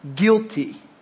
guilty